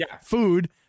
food